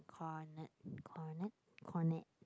cornet cornet cornet